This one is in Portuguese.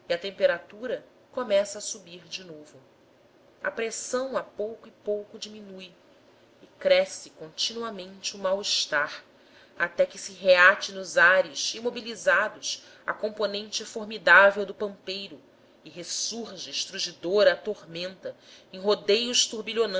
temperatura começa a subir de novo a pressão a pouco diminui e cresce continuamente o mal-estar até que se reate nos ares imobilizados a componente formidável do pampeiro e ressurja estrugidora a tormenta em rodéos